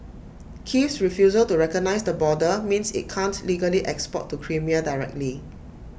Kiev's refusal to recognise the border means IT can't legally export to Crimea directly